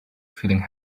feeling